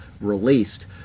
released